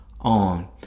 on